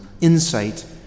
insight